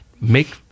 make